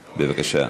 בבקשה.